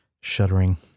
shuddering